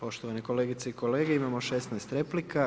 Poštovane kolegice i kolege, imamo 16 replika.